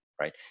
right